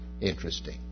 Interesting